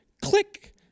click